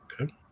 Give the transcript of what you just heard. Okay